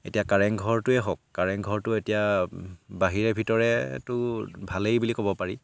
এতিয়া কাৰেংঘৰটোৱে হওক কাৰেংঘৰটো এতিয়া বাহিৰে ভিতৰেতো ভালেই বুলি ক'ব পাৰি